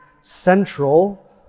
central